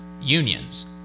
unions